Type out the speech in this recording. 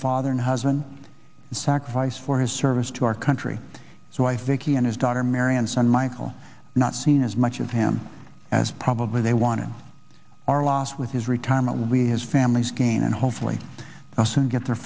father and husband sacrifice for his service to our country so i think he and his daughter mary and son michael not seen as much of him as probably they wanted our loss with his retirement we his family's gain and hopefully they'll soon get their